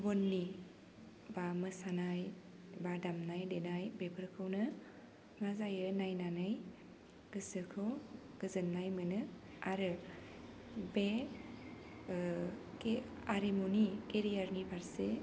गुबुननि बा मोसानाय बा दामनाय देनाय बेफोरखौनो माजायो नायनानै गोसोखौ गोजोन्नाय मोनो आरो बे आरिमुनि केरियारनि फारसे